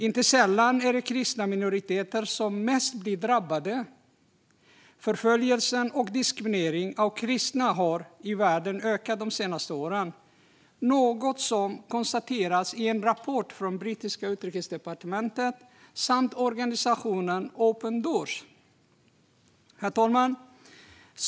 Inte sällan är det kristna minoriteter som blir mest drabbade. Förföljelsen och diskrimineringen av kristna i världen har ökat de senaste åren, något som konstaterats i en rapport från det brittiska utrikesdepartementet samt av organisationen Open Doors. Herr talman!